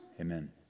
Amen